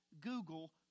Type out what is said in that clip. Google